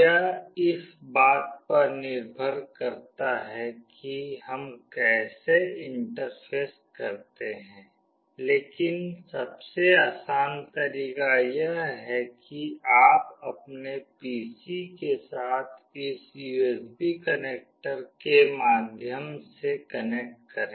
यह इस बात पर निर्भर करता है कि हम कैसे इंटरफेस करते हैं लेकिन सबसे आसान तरीका यह है कि आप अपने पीसी के साथ इस यूएसबी कनेक्टर के माध्यम से कनेक्ट करें